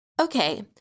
Okay